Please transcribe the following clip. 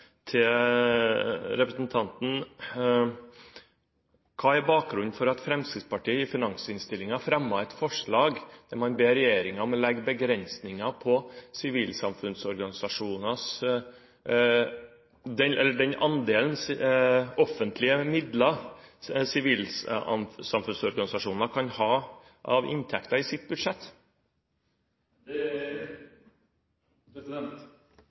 representanten: Hva er bakgrunnen for at Fremskrittspartiet i finansinnstillingen fremmet et forslag der man ber regjeringen om å legge begrensninger på den andelen offentlige midler som sivilsamfunnsorganisasjonene kan ha av inntekter i sitt budsjett? Det er